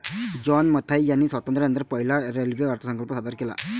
John Mathai यांनी स्वातंत्र्यानंतर पहिला रेल्वे अर्थसंकल्प सादर केला